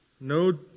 No